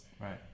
Right